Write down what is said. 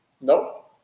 Nope